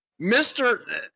Mr